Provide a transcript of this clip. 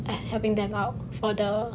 and helping them out for the